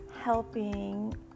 Helping